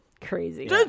Crazy